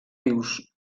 rius